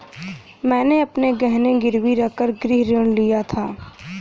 मैंने अपने गहने गिरवी रखकर गृह ऋण लिया था